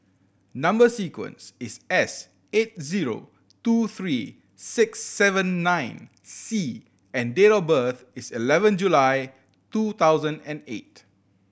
number sequence is S eight zero two three six seven nine C and date of birth is eleven July two thousand and eight